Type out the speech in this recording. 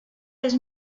les